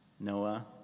Noah